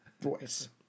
voice